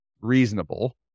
reasonable